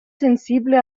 sensible